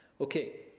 Okay